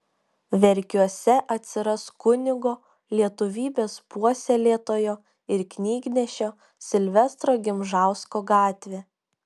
verkiuose atsiras kunigo lietuvybės puoselėtojo ir knygnešio silvestro gimžausko gatvė